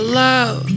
love